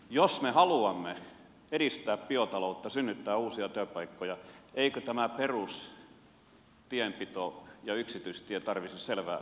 jos me haluamme edistää biotaloutta ja synnyttää uusia työpaikkoja eivätkö nämä perustienpito ja yksityistiet tarvitsisi selvää satsauksen lisäystä